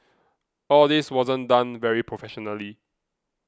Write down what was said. all this wasn't done very professionally